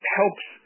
helps